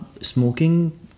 smoking